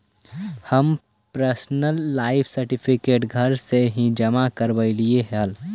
हम pensioner life certificate घर से ही जमा करवइलिअइ हल